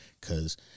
cause